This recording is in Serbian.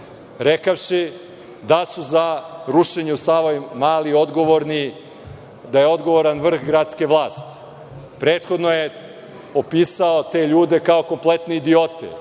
rekavši da je za rušenje u Savamaloj odgovoran vrh gradske vlasti. Prethodno je opisao te ljude kao kompletne idiote.